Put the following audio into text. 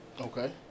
Okay